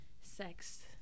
Sex